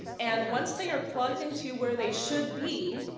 and once they are plugged into where they should be,